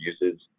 uses